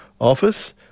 office